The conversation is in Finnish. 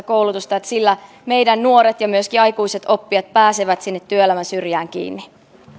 koulutusta että sillä meidän nuoret ja myöskin aikuiset oppijat pääsevät sinne työelämän syrjään kiinni